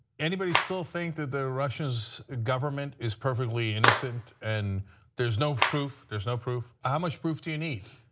anybody still think that the russians government is perfectly innocent and there's no proof, there's no proof. how much proof do you need?